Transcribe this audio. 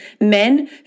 men